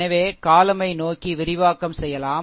எனவே column யை நோக்கி விரிவாக்கம் செய்யலாம்